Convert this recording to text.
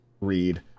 read